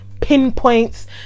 pinpoints